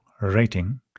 rating